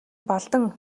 балдан